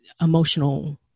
emotional